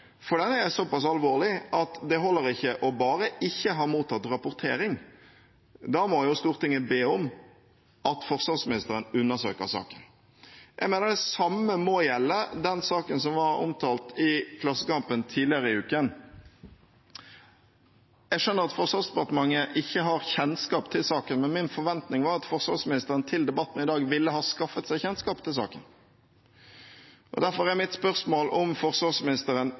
saken. Den er såpass alvorlig at det holder ikke bare å ikke ha mottatt rapportering. Da må Stortinget be om at forsvarsministeren undersøker saken. Jeg mener det samme må gjelde den saken som var omtalt i Klassekampen tidligere i uken. Jeg skjønner at Forsvarsdepartementet ikke har kjennskap til saken, men min forventning var at forsvarsministeren til debatten i dag ville ha skaffet seg kjennskap til saken. Derfor er mitt spørsmål om forsvarsministeren